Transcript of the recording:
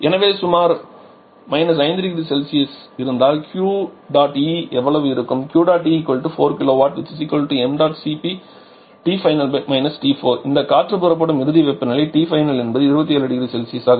எனவே சுமார் 5 0C இருந்தால் QE எவ்வளவு இருக்கும் QE 4 kW mcp இந்த காற்று புறப்படும் இறுதி வெப்பநிலை Tfinal என்பது 27 0C ஆகும்